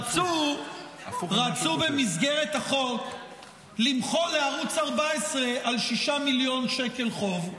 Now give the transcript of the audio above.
רצו במסגרת החוק למחול לערוץ 14 על 6 מיליון שקל חוב.